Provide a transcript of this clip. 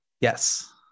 Yes